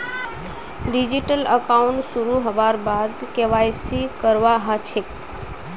digital account शुरू हबार बाद के.वाई.सी करवा ह छेक